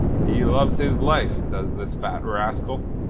he loves his life, does this fat rascal.